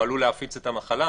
הוא עלול להפיץ את המחלה.